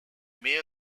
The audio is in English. may